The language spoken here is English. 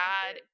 God